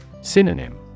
Synonym